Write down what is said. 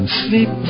sleep